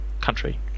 country